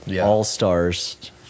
all-stars